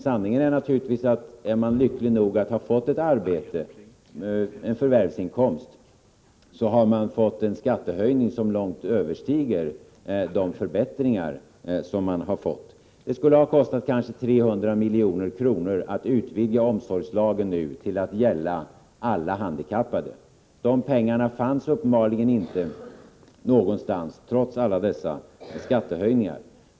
Sanningen är naturligtvis den, att är man lycklig nog att ha fått ett arbete och en förvärvsinkomst, så har man fått en skattehöjning som långt överstiger de förbättringar man fått. Det skulle kanske ha kostat 300 miljoner att utvidga omsorgslagen nu till att gälla alla handikappade. De pengarna fanns uppenbarligen inte någonstans, trots alla dessa skattehöjningar.